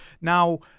now